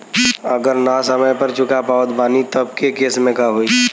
अगर ना समय पर चुका पावत बानी तब के केसमे का होई?